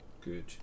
Good